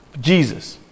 Jesus